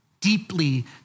deeply